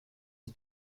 the